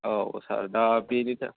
औ सार दा बेनो दा